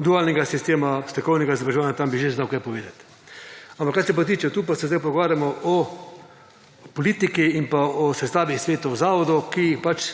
dualnega sistema, strokovnega izobraževanja tam bi že znal kaj povedati, ampak kar se tiče tukaj se pa sedaj pogovarjamo o politiki in sestavi svetov zavodov, ki jih pač